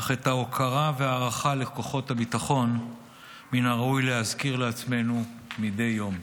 אך את ההוקרה וההכרה לכוחות הביטחון מן הראוי להזכיר לעצמנו מדי יום.